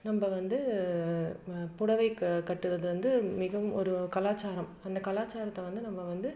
நம்ம வந்து புடவை க கட்டுறது வந்து மிகவும் ஒரு கலாச்சாரம் அந்த கலாச்சாரத்தை வந்து நம்ம வந்து